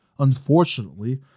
Unfortunately